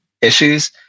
issues